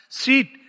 sweet